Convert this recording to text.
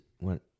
went